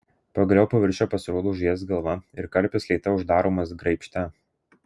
pagaliau paviršiuje pasirodo žuvies galva ir karpis lėtai uždaromas graibšte